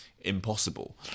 impossible